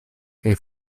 kaj